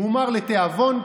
מומר לתיאבון,